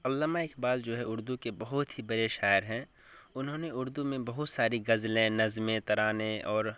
علامہ اقبال جو ہے اردو کے بہت ہی بڑے شاعر ہیں انہوں نے اردو میں بہت ساری غزلیں نظمیں ترانے اور